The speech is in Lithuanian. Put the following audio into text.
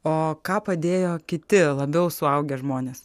o ką padėjo kiti labiau suaugę žmonės